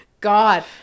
god